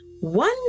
one